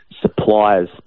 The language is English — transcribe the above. suppliers